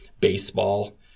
baseball